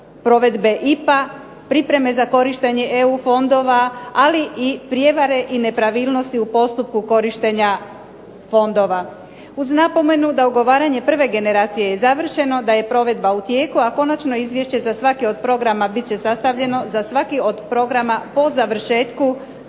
provedbe IPA pripreme za korištenje EU fondova, ali i prijevare i nepravilnosti u postupku korištenja fondova. Uz napomenu da ugovaranje prve generacije je završeno da je provedba u tijeku, a konačno izvješće za svaki od programa bit će sastavljeno za svaki od programa po završetku